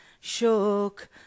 shook